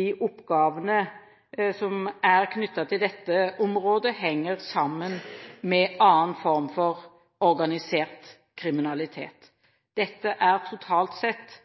de oppgavene som er knyttet til dette området, henger sammen med annen form for organisert kriminalitet. Dette er totalt sett